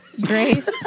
Grace